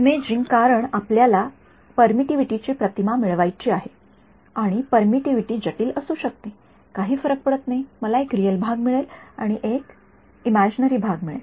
imaging कारण आपल्याला परमिटिव्हिटीची प्रतिमा मिळवायची आहे आणि परमिटिव्हिटी जटिल असू शकते काही फरक पडत नाही मला एक रिअल भाग मिळेल आणि मला एक इमॅजिनरी भाग मिळेल